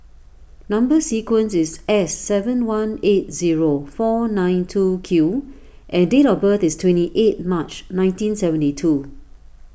Number Sequence is S seven one eight zero four nine two Q and date of birth is twenty eight March nineteen seventy two